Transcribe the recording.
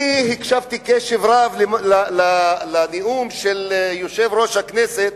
אני הקשבתי קשב רב לנאום של יושב-ראש הכנסת,